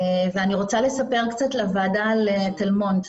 אני רוצה לספר לוועדה קצת על תל מונד.